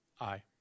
Aye